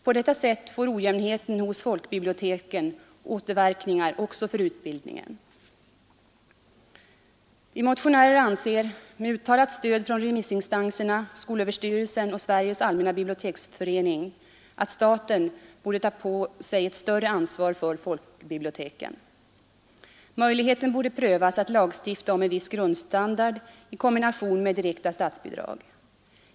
På detta sätt får ojämnheten hos folkbiblioteken återverkningar också för utbildningen. Vi motionärer anser — med uttalat stöd från remissinstanserna skolöverstyrelsen och Sveriges allmänna biblioteksförening — att staten borde ta på sig ett större ansvar för folkbiblioteken. Möjligheten borde prövas att lagstifta om en viss grundstandard i kombination med direkta statsbidrag.